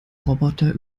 roboter